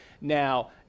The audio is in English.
now